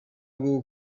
rwo